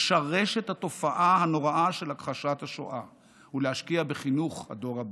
לשרש את התופעה הנוראה של הכחשת השואה ולהשקיע בחינוך הדור הבא.